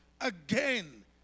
Again